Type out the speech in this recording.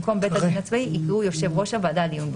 במקום "בית הדין הצבאי" יקראו "יושב ראש הוועדה לעיון בעונש".